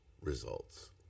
results